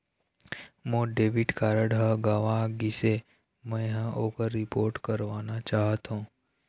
मोर debit card ह गंवा गिसे, मै ह ओकर रिपोर्ट करवाना चाहथों